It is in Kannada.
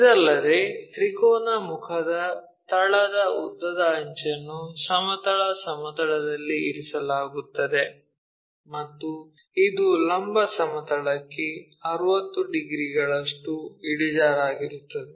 ಇದಲ್ಲದೆ ತ್ರಿಕೋನ ಮುಖದ ತಳದ ಉದ್ದದ ಅಂಚನ್ನು ಸಮತಲ ಸಮತಲದಲ್ಲಿ ಇರಿಸಲಾಗುತ್ತದೆ ಮತ್ತು ಇದು ಲಂಬ ಸಮತಲಕ್ಕೆ 60 ಡಿಗ್ರಿಗಳಷ್ಟು ಇಳಿಜಾರಾಗಿರುತ್ತದೆ